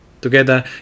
Together